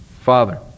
Father